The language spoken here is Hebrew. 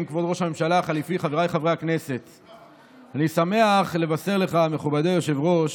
הכנסת, אני שמח לבשר לך, מכובדי היושב-ראש,